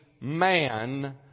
man